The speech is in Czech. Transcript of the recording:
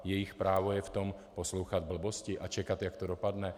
Jejich právo je v tom poslouchat blbosti a čekat, jak to dopadne?